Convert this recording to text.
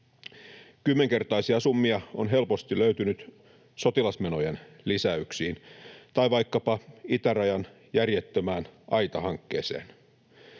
Kymmenkertaisia summia on helposti löytynyt sotilasmenojen lisäyksiin tai vaikkapa itärajan järjettömään aitahankkeeseen.